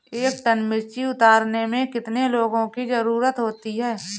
एक टन मिर्ची उतारने में कितने लोगों की ज़रुरत होती है?